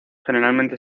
generalmente